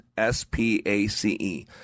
S-P-A-C-E